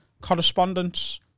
correspondence